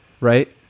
right